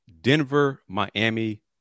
Denver-Miami